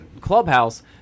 clubhouse